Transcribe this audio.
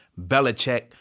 Belichick